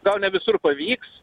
gal ne visur pavyks